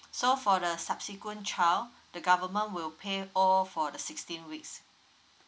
so for the subsequent child the government will pay all for the sixteen weeks